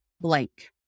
blank